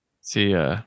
See